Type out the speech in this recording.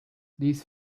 these